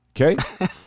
okay